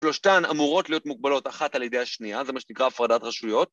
שלושתן אמורות להיות מוגבלות אחת על ידי השנייה, זה מה שנקרא הפרדת רשויות.